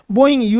Boeing